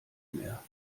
mehr